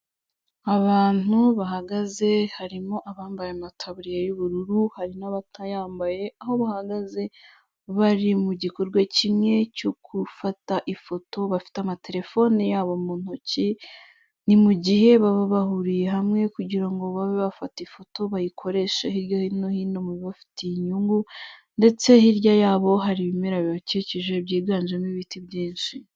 Abantu bahagaze, harimo abambaye amataburiya y'ubururu, hari n'abatayambaye, aho bahagaze bari mu gikorwa kimwe cyo gufata ifoto, bafite amatelefone yabo mu ntoki, ni mu gihe baba bahuriye hamwe kugira ngo babe bafata ifoto bayikoreshe hirya no hino mu bibafitiye inyungu, ndetse hirya yabo hari ibimera bibakikije byiganjemo ibiti byinshi.